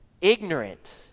ignorant